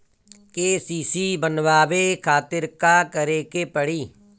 KCC बनवावे खातिर का करे के पड़ी?